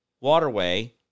waterway